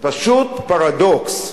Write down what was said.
פשוט פרדוקס.